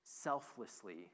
selflessly